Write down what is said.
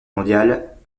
mondiale